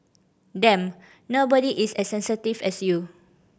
damn nobody is as sensitive as you